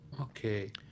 Okay